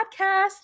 podcast